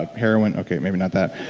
ah heroin. okay, maybe not that.